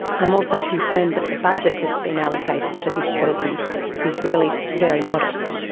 i'm also concerned that the budget that's been allocated for this person is really very modest,